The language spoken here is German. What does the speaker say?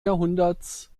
jahrhunderts